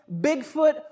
Bigfoot